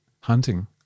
hunting